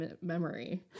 memory